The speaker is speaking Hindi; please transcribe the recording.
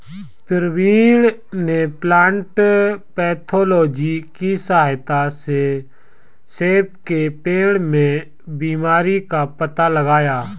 प्रवीण ने प्लांट पैथोलॉजी की सहायता से सेब के पेड़ में बीमारी का पता लगाया